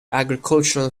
agricultural